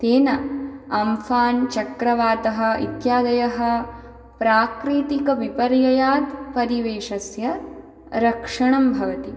तेन अम्फ़ान् चक्रवातः इत्यादयः प्राकृतिकविपर्ययात् परिवेशस्य रक्षणं भवति